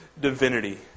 divinity